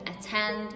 attend